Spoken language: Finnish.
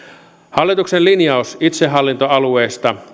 hallituksen linjaus itsehallintoalueista